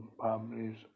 publish